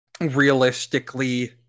realistically